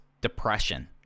depression